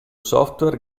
software